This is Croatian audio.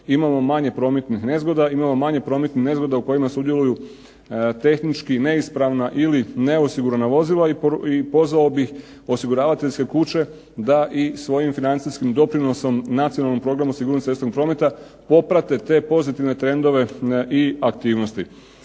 imamo manje prometnih nezgoda, imamo manje prometnih nezgoda u kojima sudjeluju tehnička neispravna ili neosigurana vozila, i pozvao bih osiguravateljske kuće da i svojim financijskim doprinosom Nacionalnom programu sigurnosti cestovnog prometa, poprate te pozitivne trendove i aktivnosti.